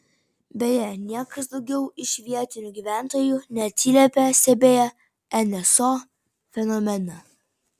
beje niekas daugiau iš vietinių gyventojų neatsiliepė stebėję nso fenomeną